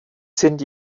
sind